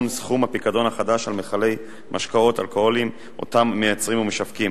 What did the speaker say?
סכום הפיקדון החדש על מכלי משקאות אלכוהוליים שהם מייצרים ומשווקים.